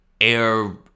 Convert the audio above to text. air